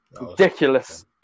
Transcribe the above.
ridiculous